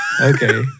Okay